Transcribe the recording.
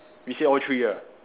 we see all three ah